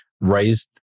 raised